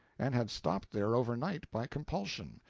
and had stopped there over night, by compulsion,